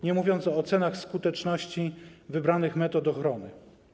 Nie mówiąc o ocenach skuteczności wybranych metod ochrony.